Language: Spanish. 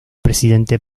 presidente